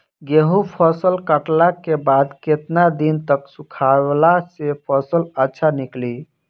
गेंहू फसल कटला के बाद केतना दिन तक सुखावला से फसल अच्छा निकली?